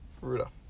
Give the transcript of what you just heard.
Rudolph